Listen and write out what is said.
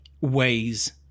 ways